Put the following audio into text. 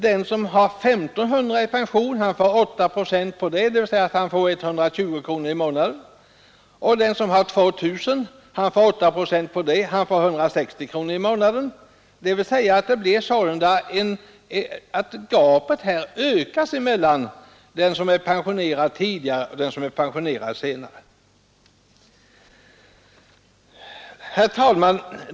Den som har 1 500 kronor i pension får 8 procent på det, dvs. 120 kr. i månaden. Den som har 2 000 kronor får 8 procent på det, dvs. 160 kr. i månaden. Sålunda ökas gapet mellan den som pensionerats tidigare och den som pensionerats senare. Herr talman!